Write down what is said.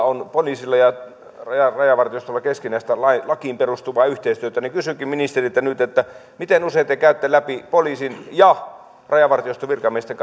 on poliisilla ja rajavartiostolla keskinäistä lakiin perustuvaa yhteistyötä kysynkin ministeriltä nyt miten usein te käytte läpi poliisin ja rajavartioston virkamiesten